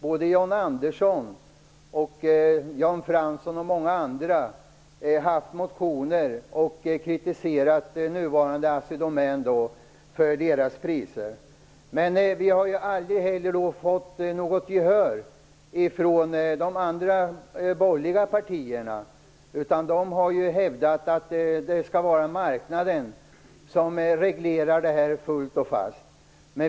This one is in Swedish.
Både John Andersson, Jan Fransson och många andra har under ett antal år i motioner kritiserat nuvarande Assidomän för deras priser. Vi har aldrig fått något gehör från de borgerliga partierna. De har hävdat att marknaden skall reglera detta.